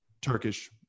Turkish